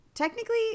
Technically